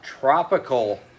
Tropical